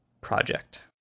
project